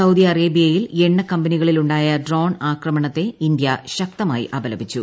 Saudi അറേബൃയിൽ എണ്ണക്കമ്പനികളിലുണ്ടായ drone ആക്രമണത്തെ ഇന്തൃ ശക്തിയായി അപലപിച്ചു